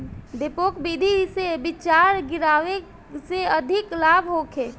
डेपोक विधि से बिचरा गिरावे से अधिक लाभ होखे?